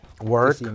Work